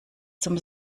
zum